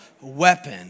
weapon